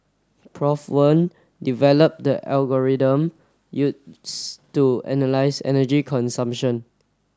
Prof Wen developed the algorithm use to analyse energy consumption